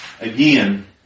again